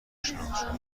شناخته